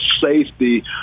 safety